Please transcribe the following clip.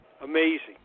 Amazing